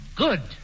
good